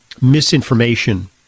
misinformation